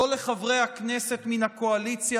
לא לחברי הכנסת מן הקואליציה,